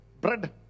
Bread